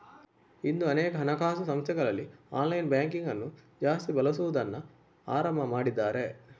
ಇಂದು ಅನೇಕ ಹಣಕಾಸು ಸಂಸ್ಥೆಗಳಲ್ಲಿ ಆನ್ಲೈನ್ ಬ್ಯಾಂಕಿಂಗ್ ಅನ್ನು ಜಾಸ್ತಿ ಬಳಸುದನ್ನ ಆರಂಭ ಮಾಡಿದ್ದಾರೆ